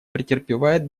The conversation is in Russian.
претерпевает